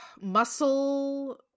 muscle